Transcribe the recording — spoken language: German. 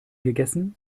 gegessen